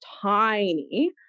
tiny